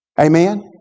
Amen